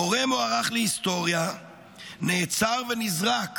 מורה מוערך להיסטוריה נעצר ונזרק